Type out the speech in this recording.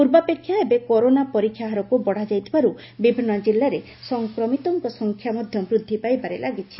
ପୂର୍ବାପେକ୍ଷା ଏବେ କରୋନା ପରୀକ୍ଷା ହାରକୁ ବଢାଯାଇଥିବାରୁ ବିଭିନୁ କିଲ୍ଲାରେ ସଂକ୍ରମିତଙ୍କ ସଂଖ୍ୟା ବୃଦ୍ଧି ପାଇବାରେ ଲାଗିଛି